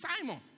Simon